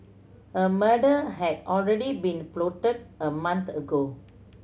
a murder had already been plotted a month ago